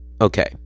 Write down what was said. okay